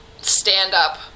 stand-up